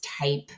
type